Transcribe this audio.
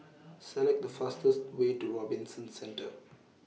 Select The fastest Way to Robinson Centre